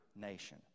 nation